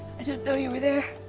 i didn't know you were there.